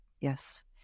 Yes